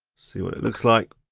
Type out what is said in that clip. see what it looks like.